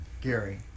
Gary